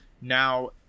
Now